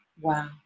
wow